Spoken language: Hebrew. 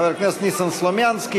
חבר הכנסת ניסן סלומינסקי,